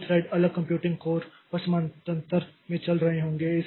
दो थ्रेड अलग computing core पर समानांतर में चल रहे होंगे